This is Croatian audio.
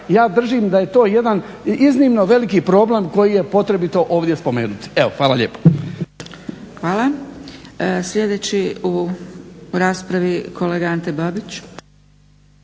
ja držim da je to jedan iznimno veliki problem kojega je potrebito ovdje spomenuti. Hvala lijepo. **Zgrebec, Dragica (SDP)** Hvala. Slijedeći u raspravi, kolega Ante Babić.